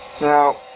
Now